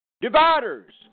dividers